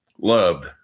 Loved